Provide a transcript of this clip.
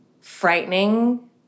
frightening